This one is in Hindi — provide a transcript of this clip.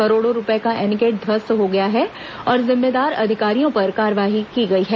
करोड़ों रूपये का एनीकट ध्वस्त हो गया है और जिम्मेदार अधिकारियों पर कार्रवाई की गई है